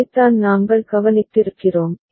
இதைத்தான் நாங்கள் கவனித்திருக்கிறோம்